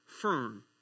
firm